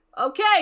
Okay